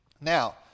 Now